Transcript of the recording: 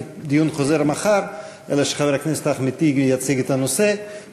דיון חוזר מחר אלא שחבר הכנסת אחמד טיבי יציג את הנושא,